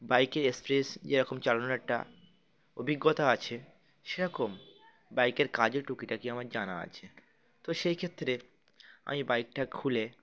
বাইকের এক্সপ্রেস যেরকম চালানোর একটা অভিজ্ঞতা আছে সেরকম বাইকের কাজের টুকিটাকি আমার জানা আছে তো সেই ক্ষেত্রে আমি বাইকটা খুলে